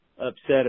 upset